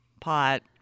pot